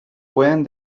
pueden